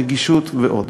נגישות ועוד.